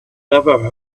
never